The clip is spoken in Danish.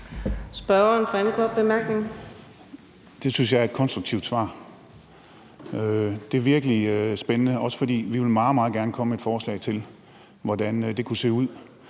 Torsten Gejl (ALT): Det synes jeg er et konstruktivt svar. Det er virkelig spændende, også fordi vi meget, meget gerne vil komme med et forslag til, hvordan det kunne se ud.